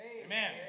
Amen